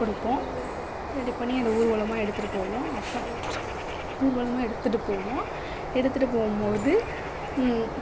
கொடுப்போம் ரெடி பண்ணி அதை ஊர்வலமாக எடுத்துகிட்டுப் போவோம் அப்போ ஊர்வலமாக எடுத்துகிட்டுப் போவோம் எடுத்துகிட்டு போகும்மோது